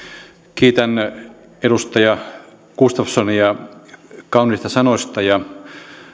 kiitän edustaja gustafssonia kauniista sanoista ja